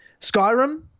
skyrim